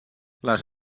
les